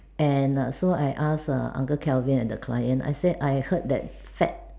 and err so I ask err uncle Kelvin and the client I said I heard that fat